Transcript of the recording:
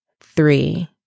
three